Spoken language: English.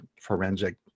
forensic